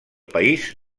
país